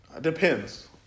Depends